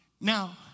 now